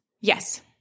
Yes